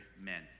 men